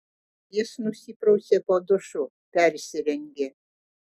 jis nusiprausė po dušu persirengė